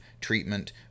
treatment